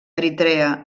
eritrea